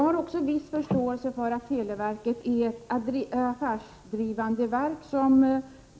Herr talman!